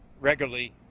regularly